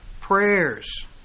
prayers